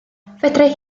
fedrai